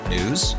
News